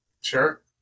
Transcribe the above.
Sure